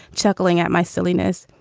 chuckling at my silliness.